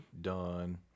done